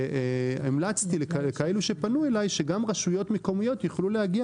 המלצתי לפונים אלי שגם רשויות מקומיות יוכלו להגיע